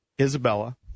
Isabella